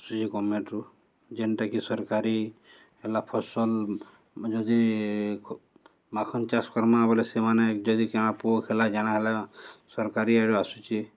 ଆସୁଛେ ଗମେଣ୍ଟ୍ରୁୁ ଯେନ୍ଟାକି ସରକାରୀ ହେଲା ଫସଲ୍ ଯଦି ମାଖନ୍ ଚାଷ୍ କର୍ମା ବଲେ ସେମାନେ ଯଦି କଣା ପୋକ୍ ହେଲା ଜାଣା ହେଲା ସର୍କାରୀ ଆଡ଼ୁ ଆସୁଚି